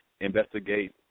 investigate